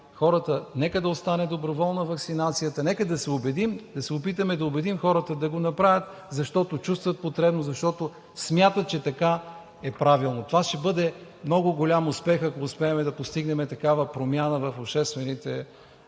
това: нека да остане доброволна ваксинацията, нека да се убедим, да се опитаме да убедим хората да го направят, защото чувстват потребност, защото смятат, че така е правилно. Това ще бъде много голям успех, ако успеем да постигнем такава промяна в обществените нагласи